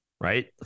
right